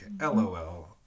LOL